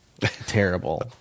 terrible